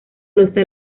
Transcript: losa